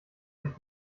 sich